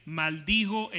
maldijo